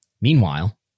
Meanwhile